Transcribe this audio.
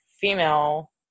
female